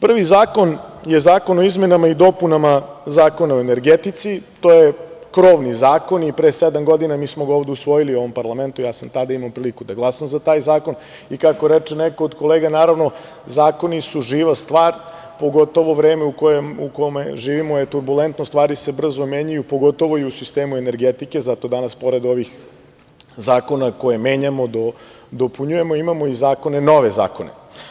Prvi zakon je Zakon o izmenama i dopunama Zakona o energetici, to je krovni zakon i pre sedam godina mi smo ga ovde usvojili u ovom parlamentu, ja sam tada imao priliku da glasam za taj zakon i kako reče neko od kolega, naravno, zakoni su živa stvar, pogotovo vreme u kojem živimo je turbulentno, stvari se brzo menjaju, pogotovo i u sistemu energetike, zato danas pored ovih zakona koje menjamo i dopunjujemo imamo i nove zakone.